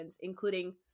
including